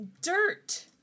dirt